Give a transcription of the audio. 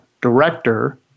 director